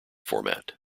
format